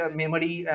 memory